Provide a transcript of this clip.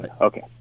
Okay